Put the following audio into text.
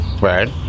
right